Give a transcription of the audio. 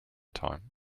time